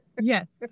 yes